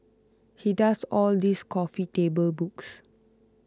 he does all these coffee table books